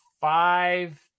five